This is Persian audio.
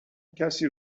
کسی